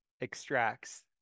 extracts